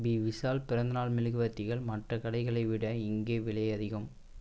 B Vishal பிறந்தநாள் மெலுகுவர்த்திகள் மற்ற கடைகளை விட இங்கே விலை அதிகம்